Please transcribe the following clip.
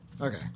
Okay